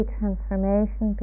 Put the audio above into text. transformation